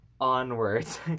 Onwards